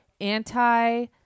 anti